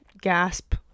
gasp